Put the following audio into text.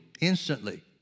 instantly